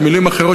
במילים אחרות,